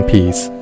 Peace